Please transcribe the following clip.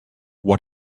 what